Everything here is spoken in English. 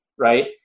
right